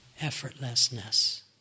effortlessness